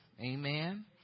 Amen